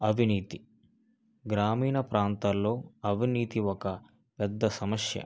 అవినీతి గ్రామీణ ప్రాంతాల్లో అవినీతి ఒక పెద్ద సమస్య